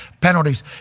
penalties